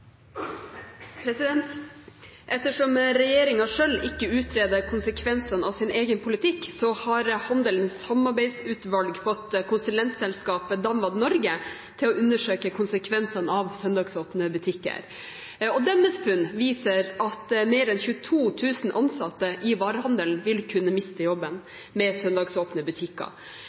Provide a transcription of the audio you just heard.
Ettersom regjeringen selv ikke utreder konsekvensene av sin egen politikk, har Handelens samarbeidsutvalg fått konsulentselskapet DAMWAD Norge til å undersøke konsekvensene av søndagsåpne butikker. Deres funn viser at mer enn 22 000 ansatte i varehandelen vil kunne miste